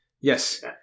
Yes